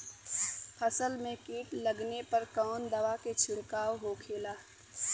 फसल में कीट लगने पर कौन दवा के छिड़काव होखेला?